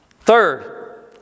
Third